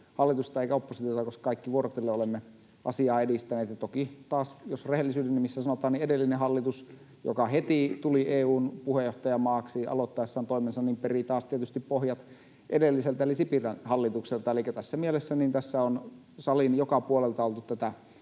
hallitusta eikä oppositiota, koska kaikki vuorotellen olemme asiaa edistäneet. Toki taas jos rehellisyyden nimissä sanotaan, edellinen hallitus, joka heti tuli EU:n puheenjohtajamaaksi aloittaessaan toimensa, peri taas tietysti pohjat edelliseltä eli Sipilän hallitukselta. Elikkä tässä mielessä tässä on salin joka puolelta oltu tätä